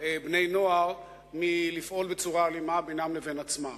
בני נוער מלפעול בצורה אלימה בינם לבין עצמם.